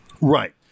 right